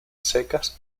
secas